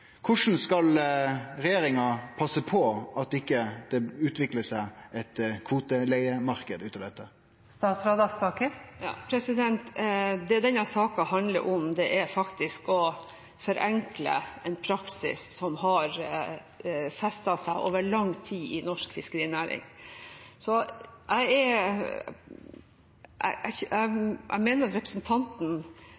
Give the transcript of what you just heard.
Korleis skal regjeringa passe på at det ikkje utviklar seg ein kvoteleigemarknad av dette? Det denne saken handler om, er å forenkle en praksis som har festet seg over lang tid i norsk fiskerinæring. Jeg mener at representanten tegner et bilde som ikke er